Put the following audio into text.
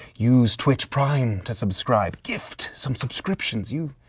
use twitch prime to subscribe, gift some subscriptions you,